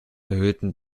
erhöhten